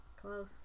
Close